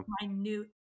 minute